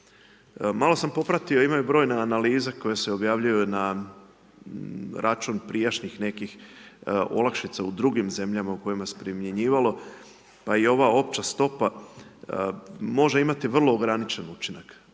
Malo sam popratio, imaju brojne analize koje se objavljuju na račun prijašnjih nekih olakšica u drugim zemljama u kojima se primjenjivalo, pa i ova opća stopa može imati vrlo ograničen učinak.